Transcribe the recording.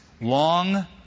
long